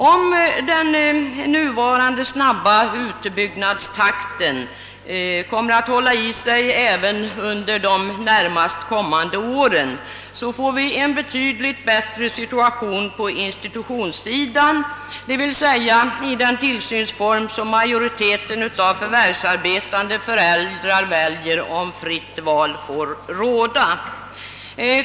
Om den nuvarande snabba utbyggnadstakten håller i sig även under de närmaste åren blir situationen betydligt bättre på institutionssidan, som representerar den tillsynsform som majoriteten av de förvärvsarbetande föräldrarna väljer om de har ett fritt val.